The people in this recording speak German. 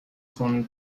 von